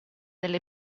delle